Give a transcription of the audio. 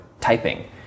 typing